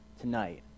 tonight